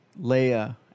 Leia